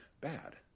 bad